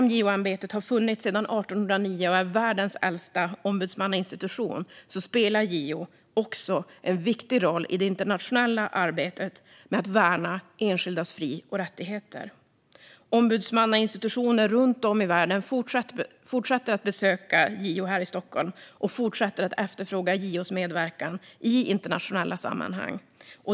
JO-ämbetet har funnits sedan 1809 och är världens äldsta ombudsmannainstitution. JO spelar också en viktig roll i det internationella arbetet med att värna enskildas fri och rättigheter. Ombudsmannainstitutioner runt om i världen fortsätter att besöka JO i Stockholm och fortsätter att efterfråga JO:s medverkan i internationella sammanhang.